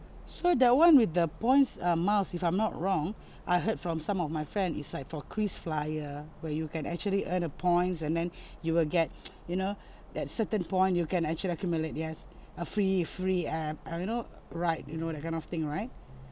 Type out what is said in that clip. so that one with the points uh miles if I'm not wrong I heard from some of my friend is like for krisflyer where you can actually earn uh points and then you will get you know at certain point you can actually accumulate as a free free um you know ride you know that kind of thing right